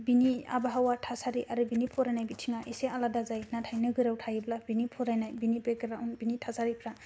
बिनि आबहावा थासारि आरो बिनि फरायनाय बिथिङा एसे आलादा जायो नाथाय नोगोराव थायोब्ला बिनि फरायनाय बिनि बेकग्रावन्ड बिनि थासारिफ्रा